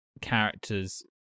characters